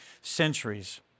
centuries